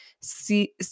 see